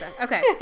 Okay